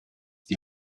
die